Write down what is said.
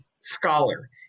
scholar